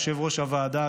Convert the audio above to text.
יושב-ראש הוועדה,